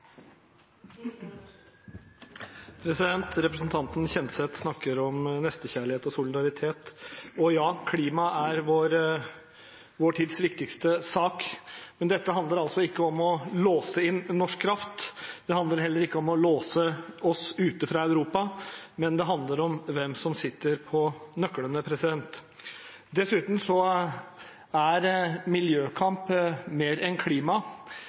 Representanten Kjenseth snakker om nestekjærlighet og solidaritet. Og ja, klima er vår tids viktigste sak. Men dette handler ikke om å låse inn norsk kraft, det handler heller ikke om å låse oss ute fra Europa, men det handler om hvem som sitter på nøklene. Dessuten er miljøkamp mer enn klima.